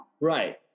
Right